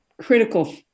critical